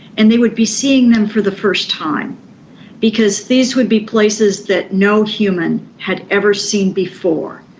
and they would be seeing them for the first time because these would be places that no human had ever seen before.